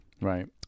Right